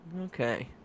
Okay